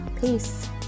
Peace